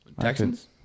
Texans